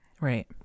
Right